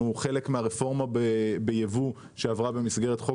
אנחנו חלק מהרפורמה בייבוא שעברה במסגרת חוק